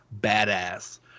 badass